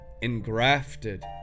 engrafted